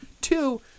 Two